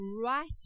right